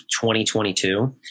2022